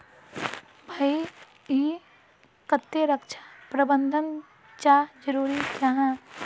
भाई ईर केते रक्षा प्रबंधन चाँ जरूरी जाहा?